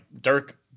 Dirk